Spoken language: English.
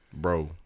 bro